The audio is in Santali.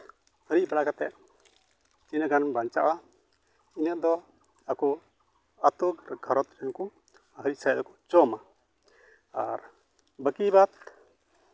ᱦᱤᱨᱤᱡ ᱵᱟᱲᱟ ᱠᱟᱛᱮᱫ ᱛᱤᱱᱟᱹᱜ ᱜᱟᱱ ᱵᱟᱧᱪᱟᱜᱼᱟ ᱤᱱᱟᱹ ᱫᱚ ᱟᱠᱚ ᱟᱹᱛᱩ ᱜᱷᱟᱨᱚᱸᱡᱽ ᱨᱮᱱ ᱠᱚ ᱦᱤᱨᱤᱡ ᱥᱟᱨᱮᱡ ᱫᱚᱠᱚ ᱡᱚᱢᱟ ᱟᱨ ᱵᱟᱠᱤ ᱵᱟᱫ